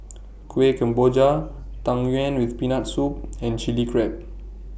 Kueh Kemboja Tang Yuen with Peanut Soup and Chili Crab